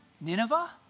Nineveh